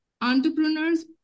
entrepreneurs